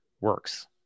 works